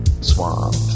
Swamp